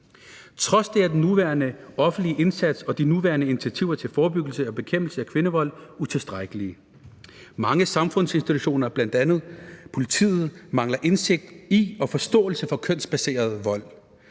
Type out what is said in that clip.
Trods det er den nuværende offentlige indsats og de nuværende initiativer til forebyggelse og bekæmpelse af vold mod kvinder utilstrækkelige. Mange samfundsinstitutioner, bl.a. politiet, mangler indsigt i og forståelse for kønsbaseret vold.